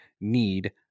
need